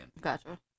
Gotcha